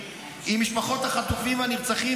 עם משפחות החטופים והנרצחים.